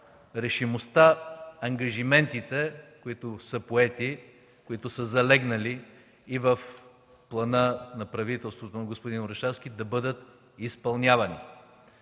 решимостта, ангажиментите, които са поети, които са залегнали и в Плана на правителството на господин Орешарски, да бъдат изпълнявани.